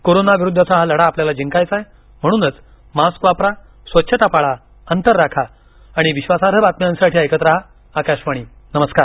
कोरोनाविरुद्धचा हा लढा आपल्याला जिंकायचा आहे म्हणूनच मास्क वापरा स्वच्छता पाळा अंतर राखा आणि विक्षासार्ह बातम्यांसाठी ऐकत रहा आकाशवाणी नमस्कार